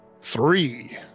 Three